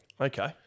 Okay